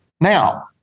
Now